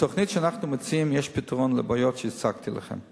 בתוכנית שאנחנו מציעים יש פתרון לבעיות שהצגתי לכם: